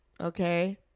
okay